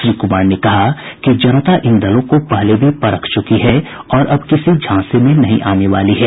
श्री कुमार ने कहा कि जनता इन दलों को पहले भी परख चुकी है और अब किसी झांसे में नहीं आने वाली है